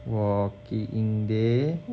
walking in there